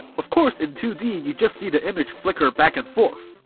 of course, in two d you just see the image flicker back and forth,